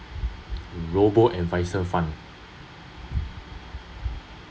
robo advisor fund